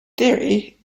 theory